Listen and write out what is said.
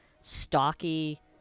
stocky